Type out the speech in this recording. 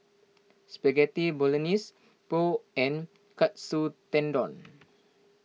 Spaghetti Bolognese Pho and Katsu Tendon